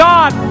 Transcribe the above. God